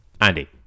andy